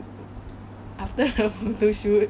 after the photoshoot